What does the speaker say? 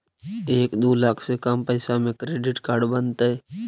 एक दू लाख से कम पैसा में क्रेडिट कार्ड बनतैय?